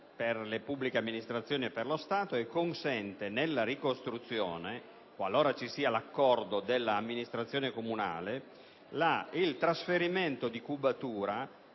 per le pubbliche amministrazioni e per lo Stato e consente nella ricostruzione, qualora ci sia l'accordo dell'amministrazione comunale, il trasferimento di cubatura